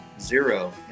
zero